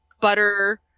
butter